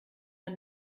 man